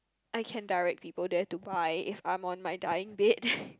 I can direct people there to buy if I'm on my dying bed